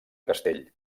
castell